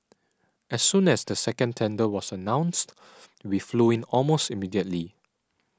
as soon as the second tender was announced we flew in almost immediately